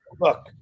Look